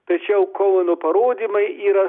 tačiau koeno parodymai yra stulbinami